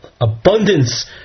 abundance